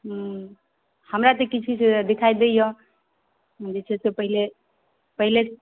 ह्म्म हमरा तऽ किछु किछु देखाइ दैए जे छै से पहिले पहिले